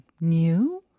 new